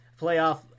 playoff